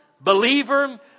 believer